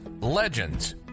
legends